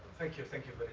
thank you. thank you